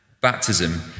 baptism